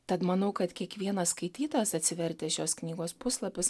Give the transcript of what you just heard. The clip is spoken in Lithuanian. tad manau kad kiekvienas skaitytojas atsivertęs šios knygos puslapius